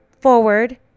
forward